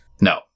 No